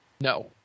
No